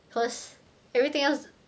cause everything else